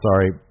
sorry